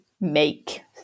make